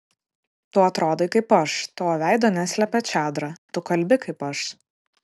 tu atrodai kaip aš tavo veido neslepia čadra tu kalbi kaip aš